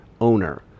owner